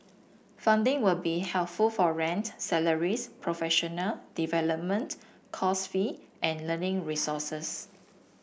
funding will be helpful for rent salaries professional development course fee and learning resources